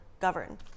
govern